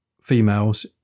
females